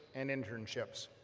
and internships.